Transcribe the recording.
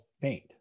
faint